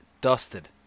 Dusted